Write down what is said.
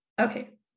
Okay